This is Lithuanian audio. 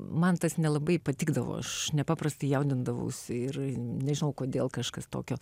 man tas nelabai patikdavo aš nepaprastai jaudindavausi ir nežinau kodėl kažkas tokio